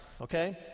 okay